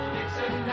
Nixon